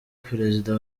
perezida